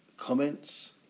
Comments